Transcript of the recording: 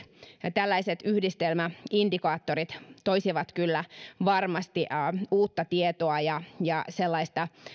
tällaiset yhdistelmäindikaattorit toisivat kyllä varmasti uutta tietoa ja ja sellaista